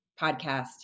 podcast